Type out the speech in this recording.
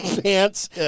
pants